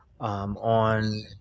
On